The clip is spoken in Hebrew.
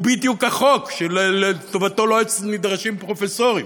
הוא בדיוק החוק שלטובתו לא נדרשים פרופסורים